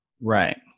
Right